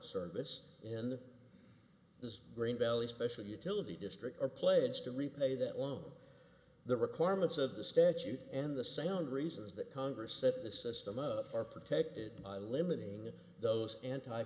service in this green valley special utility district are pledged to repay that loan the requirements of the statute and the sound reasons that congress set the system of are protected by limiting those anti